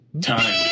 Time